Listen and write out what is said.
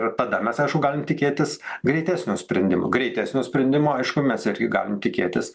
ir tada mes aišku galim tikėtis greitesnio sprendimo greitesnio sprendimo aišku mes irgi galim tikėtis